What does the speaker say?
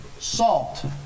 Salt